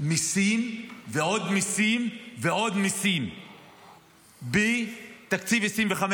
מיסים ועוד מיסים ועוד מיסים בתקציב 2025,